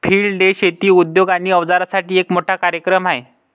field day शेती उद्योग आणि अवजारांसाठी एक मोठा कार्यक्रम आहे